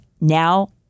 now